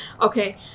Okay